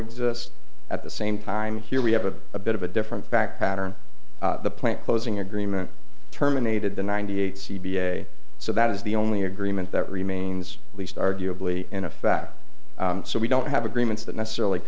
exist at the same time here we have a bit of a different fact hatter the plant closing agreement terminated the ninety eight c b a so that is the only agreement that remains at least arguably in effect so we don't have agreements that necessarily